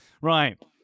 Right